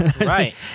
Right